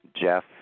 Jeff